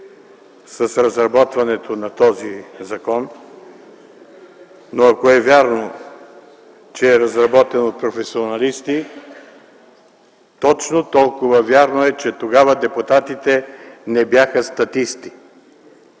с разработването на този закон, но ако е вярно, че е разработен от професионалисти, точно толкова вярно е, че тогава депутатите не бяха статисти.